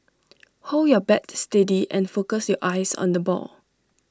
hold your bat steady and focus your eyes on the ball